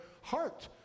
heart